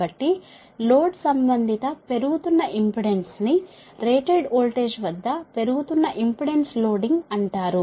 కాబట్టి లోడ్ సంబంధిత పెరుగుతున్న ఇంపెడెన్స్ ను రేటెడ్ వోల్టేజ్ వద్ద పెరుగుతున్న ఇంపెడెన్స్ లోడింగ్ అంటారు